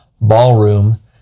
ballroom